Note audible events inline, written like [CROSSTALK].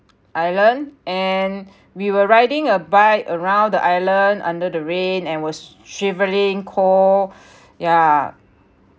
island and we were riding a bike around the island under the rain and was shivering cold [BREATH] yeah